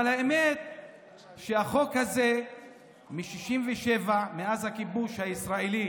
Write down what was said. אבל האמת שהחוק הזה מ-67', מאז הכיבוש הישראלי